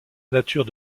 nature